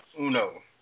uno